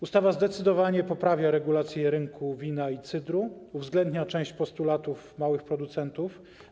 Ustawa zdecydowanie poprawia regulacje dotyczące rynku wina i cydru, uwzględnia część postulatów małych producentów.